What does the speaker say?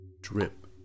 Drip